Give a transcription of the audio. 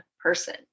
person